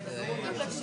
אנחנו ב-30